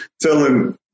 telling